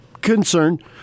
concern